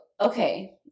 okay